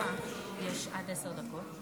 אתה יכול להירשם.